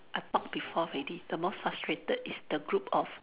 I talk before already the most frustrated is the group of